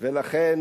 ולכן,